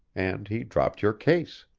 and he dropped your case.